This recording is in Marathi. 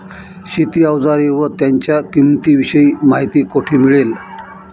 शेती औजारे व त्यांच्या किंमतीविषयी माहिती कोठे मिळेल?